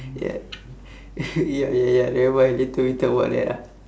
ya ya ya ya never mind later we talk about that ah